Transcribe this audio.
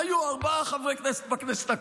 היו ארבעה חברי כנסת בכנסת הקודמת.